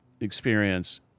experience